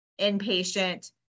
inpatient